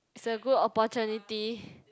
is a good oppurtunity